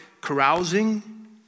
carousing